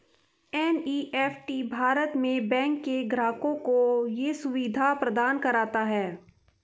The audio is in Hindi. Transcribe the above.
एन.ई.एफ.टी भारत में बैंक के ग्राहकों को ये सुविधा प्रदान करता है